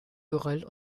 geröll